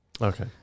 Okay